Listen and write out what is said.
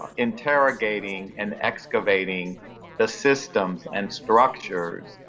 um interrogating, and excavating the systems and structures,